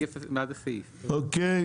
הצבעה אושר.